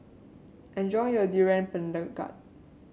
enjoy your Durian Pengat